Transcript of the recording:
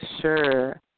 sure